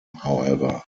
however